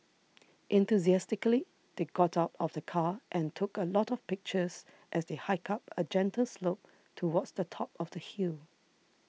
enthusiastically they got out of the car and took a lot of pictures as they hiked up a gentle slope towards the top of the hill